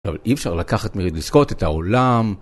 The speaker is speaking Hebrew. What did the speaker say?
אבל אי אפשר לקחת מרדילי סקוט את העולם.